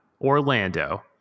Orlando